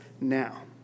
now